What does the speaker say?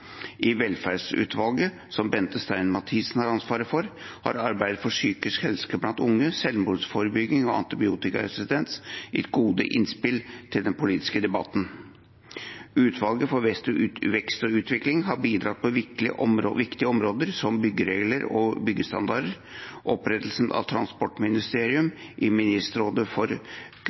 I velferdsutvalget, som Bente Stein Mathisen har ansvaret for, har arbeidet for psykisk helse blant unge, selvmordsforebygging og antibiotikaresistens gitt gode innspill til den politiske debatten. Utvalget for vekst og utvikling har bidratt på viktige områder, som byggeregler og byggestandarder og opprettelsen av et transportministerium, mens utvalget for